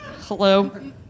Hello